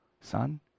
son